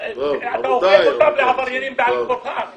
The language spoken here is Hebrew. הופך אותם לעבריינים בעל כורחם.